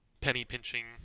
penny-pinching